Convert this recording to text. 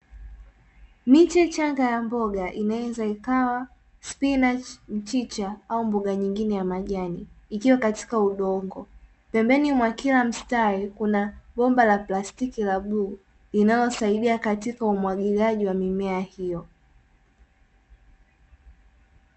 Miche changa ya mboga inaweza ikawa spinachi, mchicha au mboga nyingine ya majani, ikiwa katika udongo, pembeni mwa kila mstari kuna bomba la plastiki la bluu linalosaidia katika umwagiliaji wa mimea hiyo.